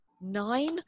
nine